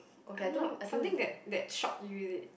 I don't know something that that shock you is it